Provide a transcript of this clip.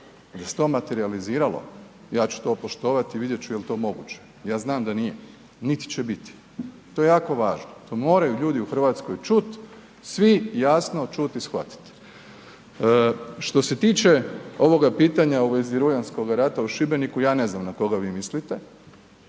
da se to materijaliziralo, ja ću to poštovati i vidjet ću je li to moguće. Ja znam da nije niti će biti. To je jako važno, to moraju ljudi u Hrvatskoj čuti, svi jasno čuti i shvatiti. Što se tiče ovoga pitanja u vezi Rujanskoga rata u Šibeniku, ja ne znam na koga vi mislite,